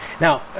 Now